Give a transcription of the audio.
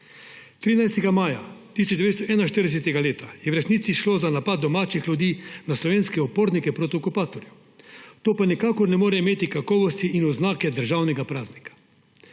13. maja 1941 je v resnici šlo za napad domačih ljudi na slovenske upornike proti okupatorju. To pa nikakor ne more imeti kakovosti in oznake državnega praznika.